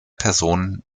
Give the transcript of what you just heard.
personen